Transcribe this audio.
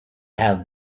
have